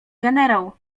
generał